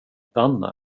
stanna